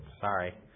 Sorry